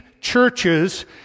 churches